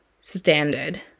standard